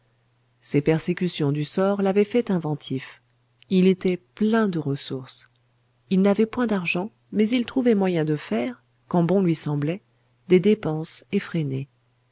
ces persécutions du sort l'avaient fait inventif il était plein de ressources il n'avait point d'argent mais il trouvait moyen de faire quand bon lui semblait des dépenses effrénées